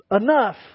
enough